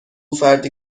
فردی